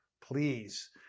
please